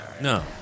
No